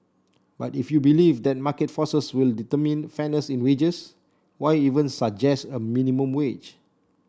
but if you believe that market forces would determine fairness in wages why even suggest a minimum wage